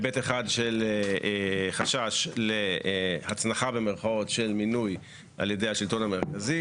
היבט אחד של חשש להצלחה במרכאות של מינוי על ידי השלטון המרכזי